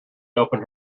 opened